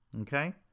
okay